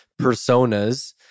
personas